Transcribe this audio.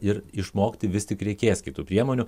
ir išmokti vis tik reikės kitų priemonių